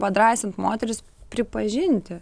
padrąsint moteris pripažinti